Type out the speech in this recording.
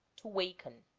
to waken